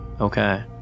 Okay